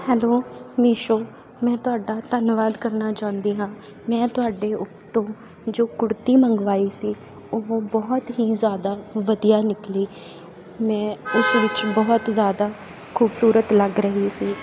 hello Meesho ਮੈਂ ਤੁਹਾਡਾ ਧੰਨਵਾਦ ਕਰਨਾ ਚਾਹੁੰਦੀ ਹਾਂ ਮੈਂ ਤੁਹਾਡੇ ਤੋਂ ਜੋ ਕੁੜਤੀ ਮੰਗਵਾਈ ਸੀ ਉਹ ਬਹੁਤ ਹੀ ਜ਼ਿਆਦਾ ਵਧੀਆ ਨਿਕਲੀ ਮੈਂ ਉਸ ਵਿੱਚ ਬਹੁਤ ਜ਼ਿਆਦਾ ਖੂਬਸੂਰਤ ਲੱਗ ਰਹੀ ਸੀ